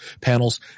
panels